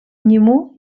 нему